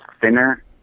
thinner